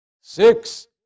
six